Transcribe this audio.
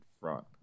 front